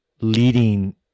leading